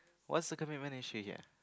what's the commitment issue here